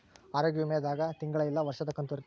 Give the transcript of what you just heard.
ಆರೋಗ್ಯ ವಿಮೆ ದಾಗ ತಿಂಗಳ ಇಲ್ಲ ವರ್ಷದ ಕಂತು ಇರುತ್ತ